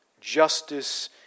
Justice